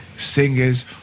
singers